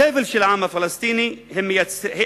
הסבל של העם הפלסטיני, הם